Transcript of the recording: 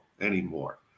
anymore